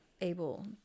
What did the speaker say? able